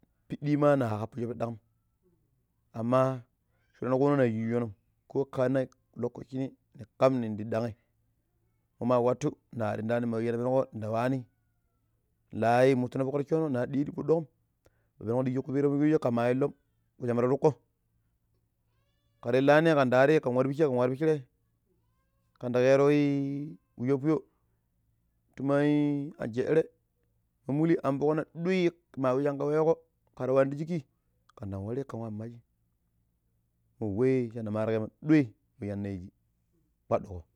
﻿Piɗima na ƙapushu piɗang'amma shuran ƙuno na shinji shonum ko ka hanan likachi ni ni ƙam nindi ɗag'h mamawatu nari ɗan'g'hani ma we shine penuƙa nda ywani laii mutuno foƙ roccono nar ɗiya̱ni ti fuɗɗoƙum ma penuƙo diji ƙupii mo shije shi shoje ƙama illom ƙuusham ta tuƙƙo ƙara illani ƙandari ƙan war pishe ƙan war peshe ƙandi ƙeroi wu sho fuyo ti min ajeɗire an muli an anfoƙna ɗoi ma we shinƙa weƙo ƙara wan ti shiki ƙan dan wari ƙan wa maaji mo wei shine mariƙema ɗoi wa shanno yiiji.